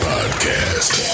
Podcast